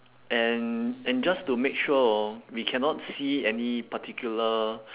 and and just to make sure hor we cannot see any particular